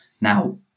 Now